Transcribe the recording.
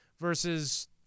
versus